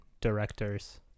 directors